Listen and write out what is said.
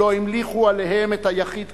לא המליכו עליהן את היחיד כמלך,